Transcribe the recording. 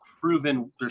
proven